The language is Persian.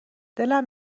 دلم